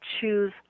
choose